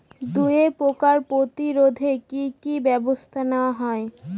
দুয়ে পোকার প্রতিরোধে কি কি ব্যাবস্থা নেওয়া হয়?